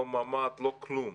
לא ממ"ד, לא כלום.